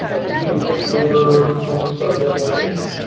immediate change order once they start demolition.